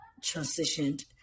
transitioned